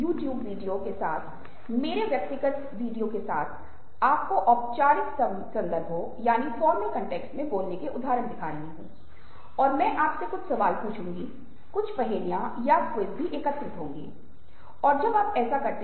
जब आप किसी व्यक्ति से पहली बार मिल रहे हों जब आप पहली बार किसी संस्कृति में कदम रख रहे हों तो रूढ़िवादिता में मत आना और यह अपने आप में सहानुभूति की दिशा में दूसरा कदम है क्योंकि आप नए विचारों के लिए खुले हैं